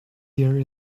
here